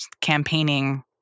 campaigning